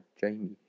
Jamie